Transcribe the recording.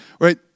right